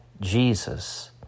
Jesus